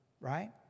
Right